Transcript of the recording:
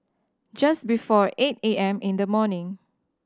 just before eight A M in the morning